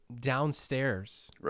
downstairs